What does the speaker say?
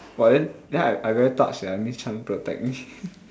but then then I I very touched sia miss Chan protect me